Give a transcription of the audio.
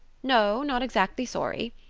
no, not exactly sorry.